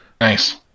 Nice